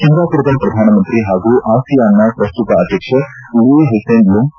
ಸಿಂಗಾಪುರದ ಪ್ರಧಾನಮಂತ್ರಿ ಹಾಗೂ ಅಸಿಯಾನ್ನ ಪ್ರಸ್ತುತ ಅಧ್ಯಕ್ಷ ಲೀ ಹಿಸೆನ್ ಲೂಂಗ್